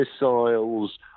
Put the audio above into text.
missiles